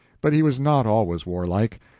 but he was not always warlike.